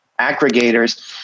aggregators